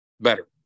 better